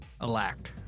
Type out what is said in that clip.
Alack